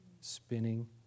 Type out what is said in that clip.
spinning